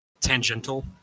tangential